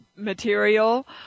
material